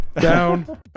Down